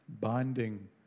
binding